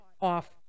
off